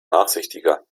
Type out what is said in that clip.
nachsichtiger